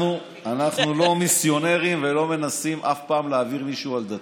אנחנו לא מיסיונרים ולא מנסים אף פעם להעביר מישהו על דתו.